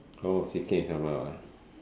oh she came and come out ah